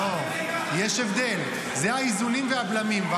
לא, יש הבדל, זה האיזונים והבלמים.